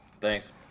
Thanks